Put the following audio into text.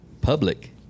public